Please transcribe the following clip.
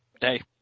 hey